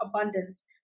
abundance